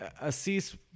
Assis